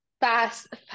fast